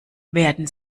werden